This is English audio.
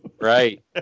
Right